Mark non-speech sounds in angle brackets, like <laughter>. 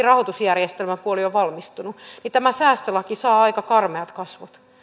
<unintelligible> rahoitusjärjestelmäpuoli on valmistunut niin tämä säästölaki saa aika karmeat kasvot